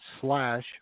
slash